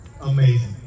amazing